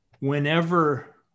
Whenever